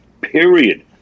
Period